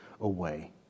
away